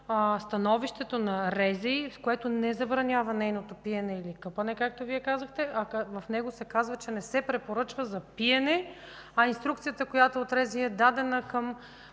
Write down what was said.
в което не се забранява нейното пиене или къпането, както Вие казахте, а в него се казва, че не се препоръчва за пиене, а инструкцията, която от РЗИ е дадена към